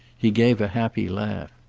he gave a happy laugh.